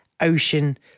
ocean